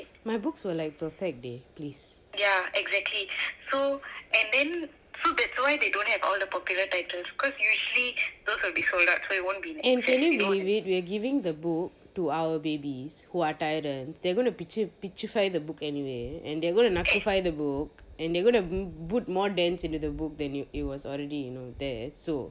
my books were like perfect D please and can you believe it we're giving the book to our babies who are tyrants and they're going to the book anyway and they are going to the book and they're gonna put more dents into the book then it was already there so